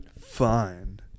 Fine